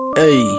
hey